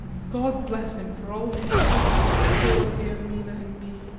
god bless him for all his goodness to poor dear mina and me.